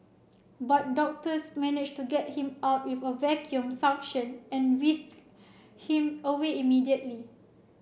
but doctors managed to get him out with a vacuum suction and whisked him away immediately